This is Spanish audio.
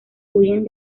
huyen